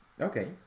Okay